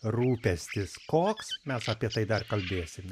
rūpestis koks mes apie tai dar kalbėsime